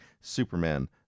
Superman